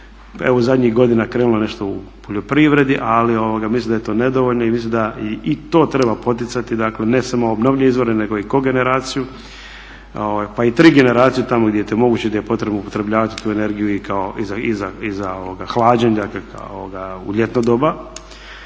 evo zadnjih godina krenulo je nešto u poljoprivredi ali mislim da je to nedovoljno i mislim da i to treba poticati, ne samo obnovljive izvore nego i kogeneraciju pa i trigeneraciju tamo gdje je to moguće i gdje je potrebno upotrebljavati tu energiju i za hlađenje u ljetno doba.